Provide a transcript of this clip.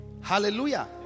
Hallelujah